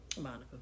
monica